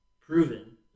proven